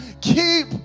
keep